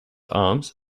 arms